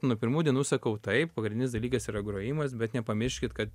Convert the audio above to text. nuo pirmų dienų sakau taip pagrindinis dalykas yra grojimas bet nepamirškit kad